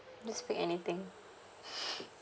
just pick anything